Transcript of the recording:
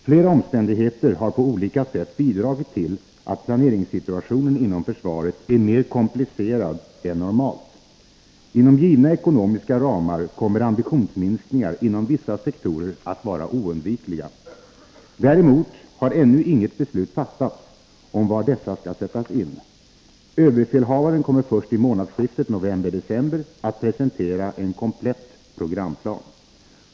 Flera omständigheter har på olika sätt bidragit till att planeringssituationen inom försvaret är mer komplicerad än normalt. Inom givna ekonomiska ramar kommer ambitionsminskningar inom vissa sektorer att vara oundvikliga. Däremot har ännu inget beslut fattats om var dessa skall sättas in. Överbefälhavaren kommer först i månadsskiftet november-december att presentera en komplett programplan.